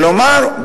כלומר,